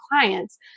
clients